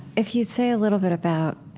if you'd say a little bit about